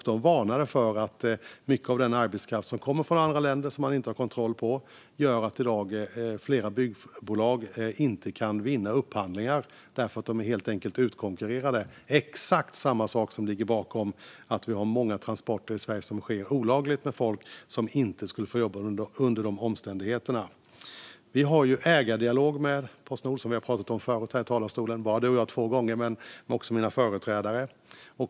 De varnade för att mycket av den arbetskraft som kommer från andra länder och som man inte har kontroll på gör att flera byggbolag i dag inte kan vinna upphandlingar därför att de helt enkelt är utkonkurrerade. Det är exakt samma sak som ligger bakom att vi har många transporter i Sverige som sker olagligt med folk som inte skulle få jobba under de omständigheterna. Vi har ju en ägardialog med Postnord. Det har nämnts tidigare här i talarstolen; Thomas Morell och jag har pratat om det två gånger, men det har också varit uppe med mina företrädare.